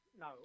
no